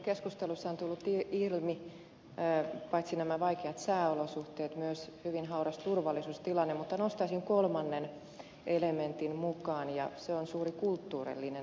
keskusteluissa ovat tulleet ilmi paitsi nämä vaikeat sääolosuhteet myös hyvin hauras turvallisuustilanne mutta nostaisin kolmannen elementin mukaan ja se on suuri kulttuurillinen ero